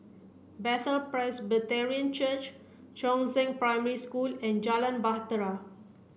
Bethel Presbyterian Church Chongzheng Primary School and Jalan Bahtera